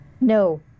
No